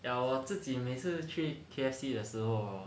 我自己每次去 K_F_C 的时候 hor